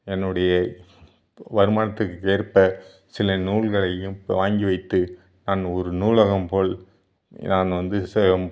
என்னுடைய வருமானத்திற்கேற்ப சில நூல்களையும் வாங்கி வைத்து நான் ஒரு நூலகம் போல் நான் வந்து செ